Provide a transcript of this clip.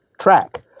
track